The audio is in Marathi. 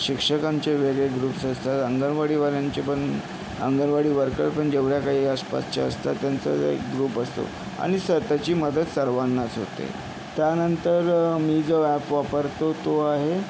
शिक्षकांचे वेगळे ग्रुप्स असतात अंगणवाडीवाल्यांचे पण अंगणवाडी वर्कर पण जेवढ्या काही आसपासच्या असतात त्यांचा एक ग्रुप असतो आणि स त्याची मदत सर्वांनाच होते त्यानंतर मी जो ॲप वापरतो तो आहे